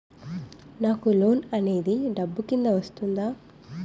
నాకు లోన్ అనేది డబ్బు కిందా వస్తుందా?